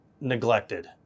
neglected